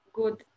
good